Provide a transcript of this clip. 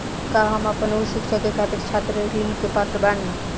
का हम आपन उच्च शिक्षा के खातिर छात्र ऋण के पात्र बानी?